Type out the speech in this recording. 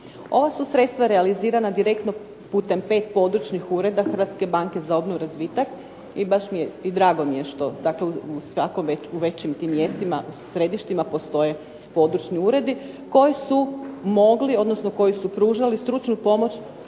Ova su sredstva realizirana direktno putem pet područnih ureda Hrvatske banke za obnovu i razvitak i baš mi je drago što u tim većim mjestima postoje područni uredi, koji su pružali stručnu pomoć